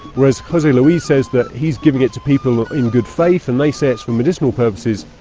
whereas jose louis says that he's giving it to people in good faith and they say it's for medicinal purposes,